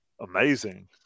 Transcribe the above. amazing